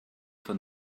for